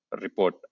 report